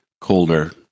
colder